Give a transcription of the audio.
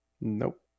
Nope